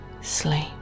sleep